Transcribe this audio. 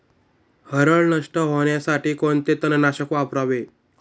हरळ नष्ट होण्यासाठी कोणते तणनाशक वापरावे?